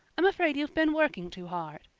i'm afraid you've been working too hard.